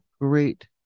great